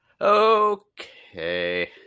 okay